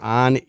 on